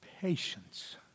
patience